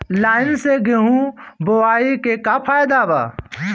Line से गेहूं बोआई के का फायदा बा?